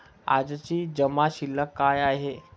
आजची जमा शिल्लक काय आहे?